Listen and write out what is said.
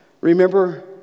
Remember